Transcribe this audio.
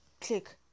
Click